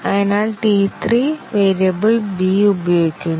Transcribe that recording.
അതിനാൽ T3 variable b ഉപയോഗിക്കുന്നു